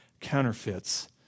counterfeits